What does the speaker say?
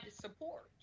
support